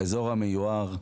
באזור המיוער,